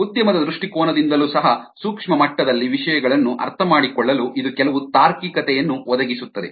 ಉದ್ಯಮದ ದೃಷ್ಟಿಕೋನದಿಂದಲೂ ಸಹ ಸೂಕ್ಷ್ಮ ಮಟ್ಟದಲ್ಲಿ ವಿಷಯಗಳನ್ನು ಅರ್ಥಮಾಡಿಕೊಳ್ಳಲು ಇದು ಕೆಲವು ತಾರ್ಕಿಕತೆಯನ್ನು ಒದಗಿಸುತ್ತದೆ